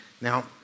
Now